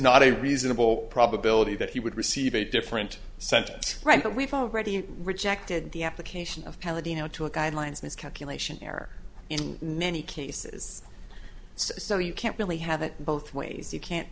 not a reasonable probability that he would receive a different sentence right that we've already rejected the application of pelligrino to a guidelines miscalculation error in many cases so you can't really have it both ways you can't